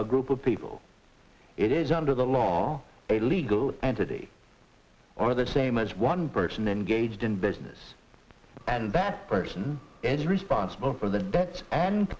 a group of people it is under the law a legal entity or the same as one person engaged in business and that person is responsible for the debts and